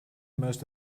most